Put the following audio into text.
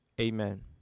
amen